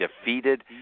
defeated